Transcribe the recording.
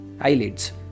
eyelids